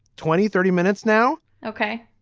twenty, thirty minutes now? ok.